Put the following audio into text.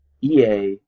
EA